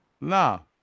no